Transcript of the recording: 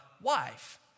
wife